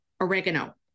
Oregano